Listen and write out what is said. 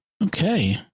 Okay